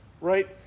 right